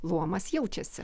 luomas jaučiasi